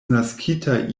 naskita